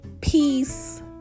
peace